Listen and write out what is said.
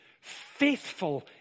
faithful